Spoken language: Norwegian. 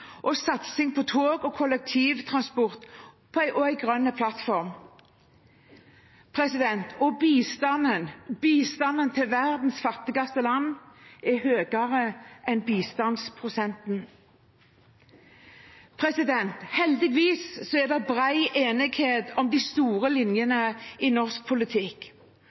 satsing på tog og kollektivtransport og en grønn plattform, og bistanden til verdens fattigste land er høyere enn bistandsprosenten. Heldigvis er det bred enighet om de store linjene i norsk politikk.